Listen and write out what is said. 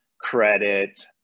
credit